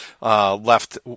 left